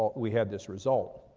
we have this result.